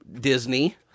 Disney